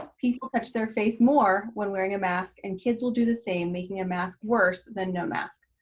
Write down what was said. ah people touch their face more when wearing a mask and kids will do the same, making a mask worse than no mask.